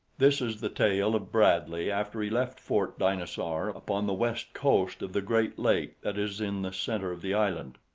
this is the tale of bradley after he left fort dinosaur upon the west coast of the great lake that is in the center of the island.